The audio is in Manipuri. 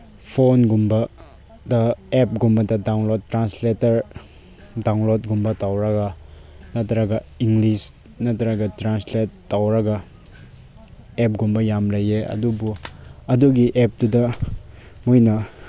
ꯐꯣꯟꯒꯨꯝꯕꯗ ꯑꯦꯞꯀꯨꯝꯕꯗ ꯗꯥꯎꯟꯂꯣꯠ ꯇ꯭ꯔꯥꯟꯁꯂꯦꯇꯔ ꯗꯥꯎꯟꯂꯣꯠꯀꯨꯝꯕ ꯇꯧꯔꯒ ꯅꯠꯇ꯭ꯔꯒ ꯏꯪꯂꯤꯁ ꯅꯠꯇ꯭ꯔꯒ ꯇ꯭ꯔꯥꯟꯁꯂꯦꯠ ꯇꯧꯔꯒ ꯑꯦꯞꯀꯨꯝꯕ ꯌꯥꯝ ꯂꯩꯌꯦ ꯑꯗꯨꯕꯨ ꯑꯗꯨꯒꯤ ꯑꯦꯞꯇꯨꯗ ꯃꯣꯏꯅ